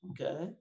Okay